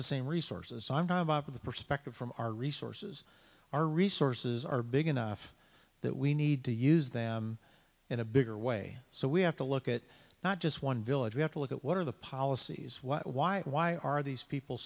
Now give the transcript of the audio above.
the same resources i'm talking about of the perspective from our resources our resources are big enough that we need to use them in a bigger way so we have to look at not just one village we have to look at what are the policies why why why are these people